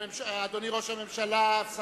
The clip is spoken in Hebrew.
אדוני ראש הממשלה, שרים,